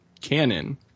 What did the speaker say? canon –